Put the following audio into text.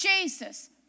Jesus